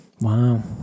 Wow